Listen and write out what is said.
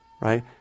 Right